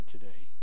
today